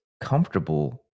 comfortable